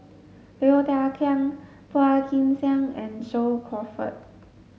Low Thia Khiang Phua Kin Siang and John Crawfurd